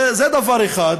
זה דבר אחד,